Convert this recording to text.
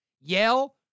Yale